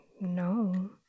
No